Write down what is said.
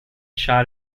shot